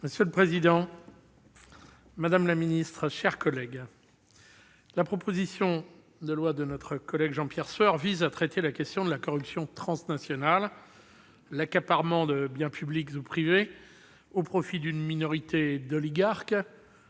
Monsieur le président, madame la secrétaire d'État, mes chers collègues, la proposition de loi de Jean-Pierre Sueur vise à traiter la question de la corruption transnationale, soit « l'accaparement de biens publics ou privés au profit d'une minorité d'oligarques